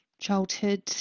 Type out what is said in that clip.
childhood